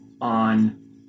on